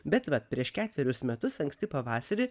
bet vat prieš ketverius metus anksti pavasarį